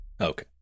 Okay